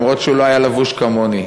למרות שהוא לא היה לבוש כמוני.